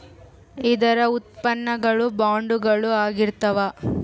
ಇದರ ಉತ್ಪನ್ನ ಗಳು ಬಾಂಡುಗಳು ಆಗಿರ್ತಾವ